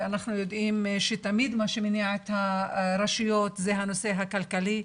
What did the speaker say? ואנחנו יודעים שתמיד מה שמניע את הרשויות זה נושא כלכלי,